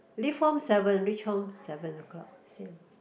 leave home seven reach home seven o-clock same